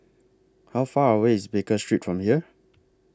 How Far away IS Baker Street from here